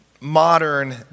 modern